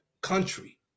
Country